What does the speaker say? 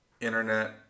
Internet